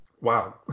wow